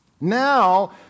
Now